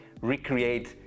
recreate